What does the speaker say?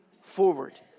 forward